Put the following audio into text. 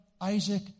Isaac